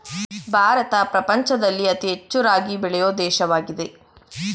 ಭಾರತ ಪ್ರಪಂಚದಲ್ಲಿ ಅತಿ ಹೆಚ್ಚು ರಾಗಿ ಬೆಳೆಯೊ ದೇಶವಾಗಿದೆ